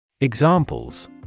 Examples